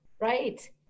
Right